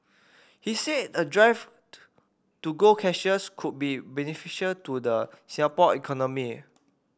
he said a drive to go cashless could be beneficial to the Singapore economy